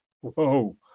whoa